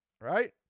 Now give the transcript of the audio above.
Right